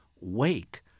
wake